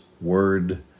word